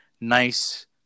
nice